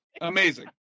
Amazing